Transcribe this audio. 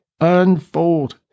unfold